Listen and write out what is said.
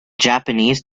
japanese